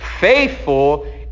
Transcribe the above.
faithful